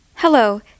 Hello